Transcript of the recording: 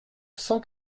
cent